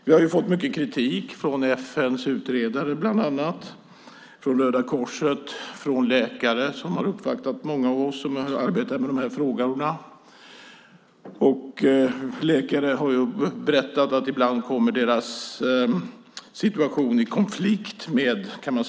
Vi har fått mycket kritik från bland andra FN:s utredare, Röda Korset och läkare som har uppvaktat många av oss som arbetar med dessa frågor. Läkare har berättat att de ibland hamnar i situationer där de kommer i konflikt med läkaretiken.